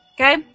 Okay